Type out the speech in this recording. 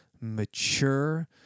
mature